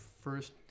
first